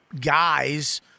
guys